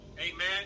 amen